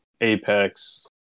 Apex